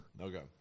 Okay